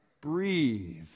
breathe